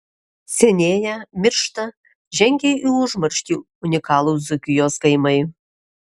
senėja miršta žengia į užmarštį unikalūs dzūkijos kaimai